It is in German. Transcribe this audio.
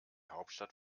hauptstadt